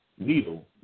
Needle